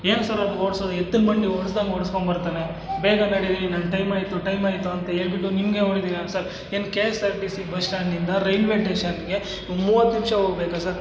ಏನು ಸರ್ ಅದು ಓಡಿಸೋದು ಎತ್ತಿನ ಬಂಡಿ ಓಡ್ಸ್ದಂಗೆ ಓಡಿಸ್ಕೊಂಡ್ಬರ್ತನೆ ಬೇಗ ನಡೀರಿ ನನ್ನ ಟೈಮ್ ಆಯಿತು ಟೈಮ್ ಆಯಿತು ಅಂತ ಹೇಳ್ಬಿಟ್ಟು ನಿಮಗೆ ಸರ್ ಏನು K S R T C bus ಸ್ಟ್ಯಾಂಡಿಂದ ರೈಲ್ವೇ ಟೇಷನ್ಗೆ ಮೂವತ್ತು ನಿಮಿಷ ಹೋಗಬೇಕ ಸರ್